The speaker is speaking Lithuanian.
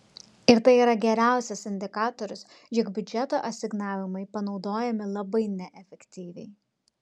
ir tai yra geriausias indikatorius jog biudžeto asignavimai panaudojami labai neefektyviai